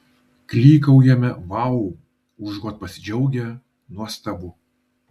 klykaujame vau užuot pasidžiaugę nuostabu